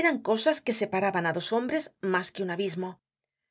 eran cosas que separaban á dos hombres mas que un abismo